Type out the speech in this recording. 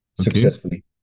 successfully